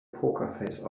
pokerface